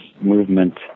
movement